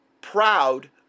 proud